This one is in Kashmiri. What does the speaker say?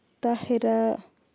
تہرا